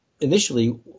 initially